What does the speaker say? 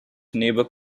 neighbour